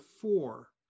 four